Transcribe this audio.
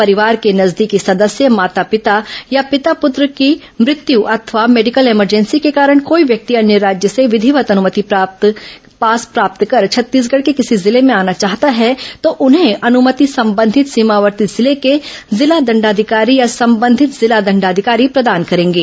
परिवार के नजदीकी सदस्य माता पिता या पिता पूत्र की मृत्यू अथवा मेडिकल इमरजेंसी के कारण कोई व्यक्ति अन्य राज्य से विधिवत अनुमति पास प्राप्त कर छत्तीसगढ़ के किसी जिले में आना चाहता है तो उन्हे अनुमति संबंधित सीमावर्ती जिले के जिला दंडाधिकारी या संबंधित जिला दंडाधिकारी प्रदान करेंगे